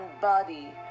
body